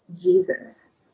Jesus